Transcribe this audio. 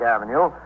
Avenue